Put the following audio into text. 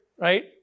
right